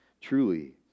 Truly